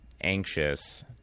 anxious